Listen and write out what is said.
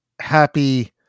happy